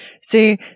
See